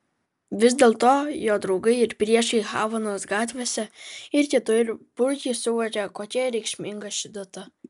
vis dėlto jo draugai ir priešai havanos gatvėse ir kitur puikiai suvokia kokia reikšminga ši data